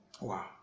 Wow